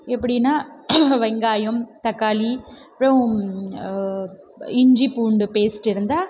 எப்படினா வெங்காயம் தக்காளி அப்புறோம் இஞ்சி பூண்டு பேஸ்ட் இருந்தால்